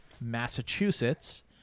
Massachusetts